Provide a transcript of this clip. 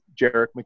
Jarek